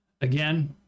Again